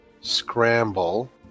scramble